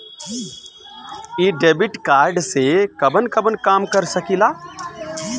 इ debit card से कवन कवन काम कर सकिला?